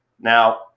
Now